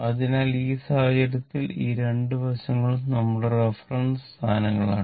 അതിനാൽ ഈ സാഹചര്യത്തിൽ ഈ 2 വശങ്ങളും നമ്മുടെ റഫറൻസ് സ്ഥാനങ്ങളാണ്